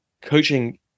coaching